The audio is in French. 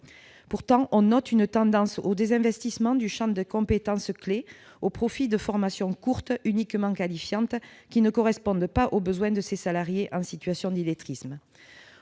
Pourtant, on note une tendance au désinvestissement du champ des compétences clés au profit de formations courtes, uniquement qualifiantes, qui ne correspondent pas aux besoins des salariés en situation d'illettrisme.